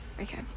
Okay